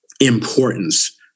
importance